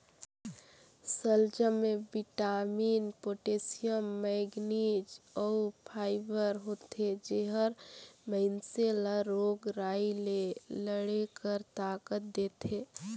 सलजम में vitamin, potassium, manganese अउ फाइबर होथे जेहर मइनसे ल रोग राई ले लड़े कर ताकत देथे